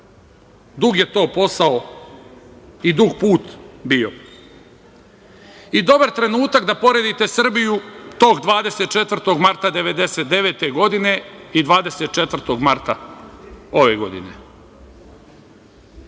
je to posao i dug put bio i dobar trenutak da poredite Srbiju tog 24. marta 1999. godine i 24. marta ove godine,